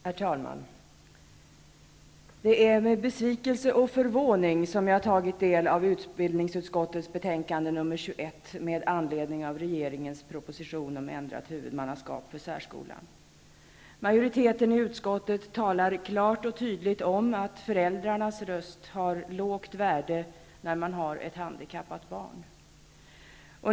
Herr talman! Det är med besvikelse och förvåning som jag har tagit del av utbildningsutskottets betänkande nr 21 med anledning av regeringens proposition om ändrat huvudmannaskap för särskolan. Majoriteten i utskottet talar klart och tydligt om att föräldrarnas röst har lågt värde när man har ett handikappat barn.